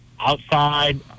outside